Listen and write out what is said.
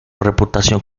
reputación